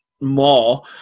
more